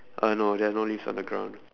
uh no there are no leaves on the ground